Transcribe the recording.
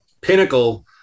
pinnacle